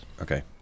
Okay